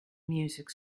music